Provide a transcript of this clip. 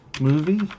movie